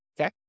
Okay